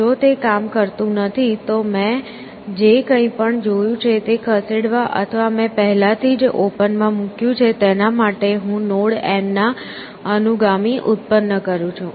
જો તે કામ કરતું નથી તો મેં જે કંઈપણ જોયું છે તે ખસેડવા અથવા મેં પહેલેથી જ ઓપન માં મૂક્યું છે તેના માટે હું નોડ N ના અનુગામી ઉત્પન્ન કરું છું